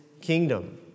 kingdom